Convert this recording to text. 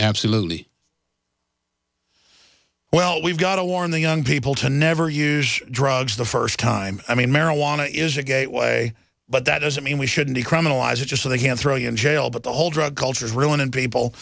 absolutely well we've got to warn the young people to never use drugs the first time i mean marijuana is a gateway but that doesn't mean we shouldn't criminalize it just so they can throw you in jail but the whole drug culture is ruin